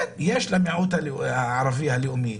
כן, יש למיעוט הערבי הלאומי